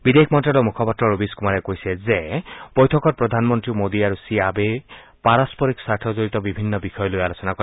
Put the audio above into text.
বিদেশ মন্ত্ৰালয়ৰ মুখপাত্ৰ ৰৱিশ কুমাৰে কৈছে যে বৈঠকত প্ৰধানমন্তী মোদী আৰু শ্ৰীআবেই পাৰস্পৰিক স্বাৰ্থজড়িত বিভিন্ন বিষয় লৈ আলোচনা কৰে